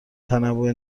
تنوع